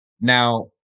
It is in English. Now